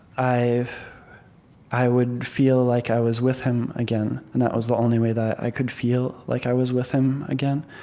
i would feel like i was with him again. and that was the only way that i could feel like i was with him again,